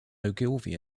ogilvy